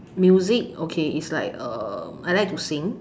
music okay is like um I like to sing